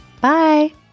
Bye